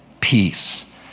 peace